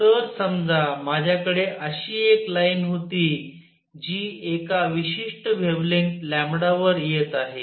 तर समजा माझ्याकडे अशी एक लाईन होती जी एका विशिष्ट वेव्हलेंग्थ लॅम्बडावर येत आहे